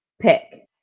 pick